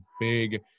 big